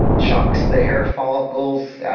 shocks the hair follicles.